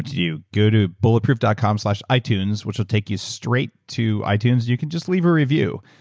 to do. go to bulletproof dot com slash itunes, which will take you straight to itunes. you can just leave a review.